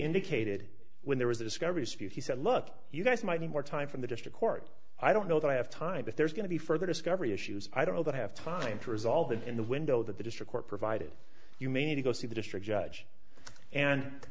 indicated when there was a discovery speed he said look you guys might need more time from the district court i don't know that i have time but there's going to be further discovery issues i don't know but have time to resolve it in the window that the district court provided you may need to go see the district judge and